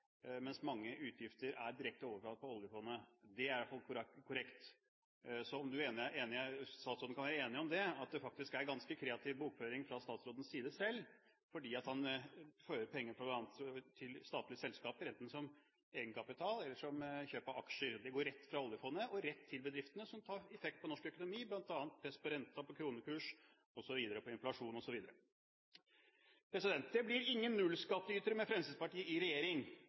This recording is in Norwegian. mens mange utgifter er direkte belastet oljefondet. Det er i alle fall korrekt. Så statsråden kan vel være enig i at det faktisk er ganske kreativ bokføring fra statsrådens side, fordi at han fører penger bl.a. til statlige selskaper, enten som egenkapital eller som kjøp av aksjer. Det går rett fra oljefondet og rett til bedriftene, som gir effekt på norsk økonomi – bl.a. press på rente, på kronekurs, på inflasjon osv. Det blir ingen nullskattytere med Fremskrittspartiet i regjering.